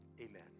Amen